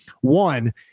One